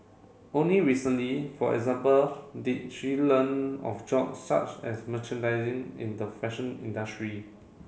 only recently for example did she learn of job such as merchandising in the fashion industry